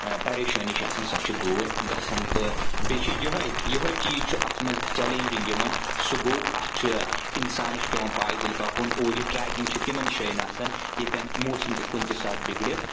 پریشٲنی چھےٚ آسان سۄ چھِ دوٗر گژھان تِہ بیٚیہِ چھ یہوے یہوے چیٖز چیٖز چھُ اتھ منٛز چیلنجنگ یوان سُہ گوٚو اتھ چھُ اِنسانس چھُ پٮ۪وان پایدل پکُن اور یہِ ٹریکنگ چھےٚ تِمن جایٚن آسن ییٚتٮ۪ن موسِم ہیٚکہِ کُنہِ تہِ ساتہٕ بگڑِتھ